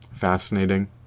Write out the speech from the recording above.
fascinating